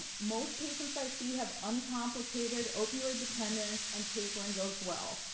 most patients i see have uncomplicated opioid dependence and tapering goes well.